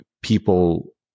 people